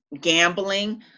gambling